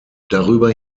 darüber